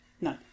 No